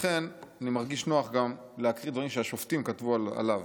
ולכן אני מרגיש נוח גם להקריא דברים שהשופטים כתבו עליו: